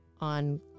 on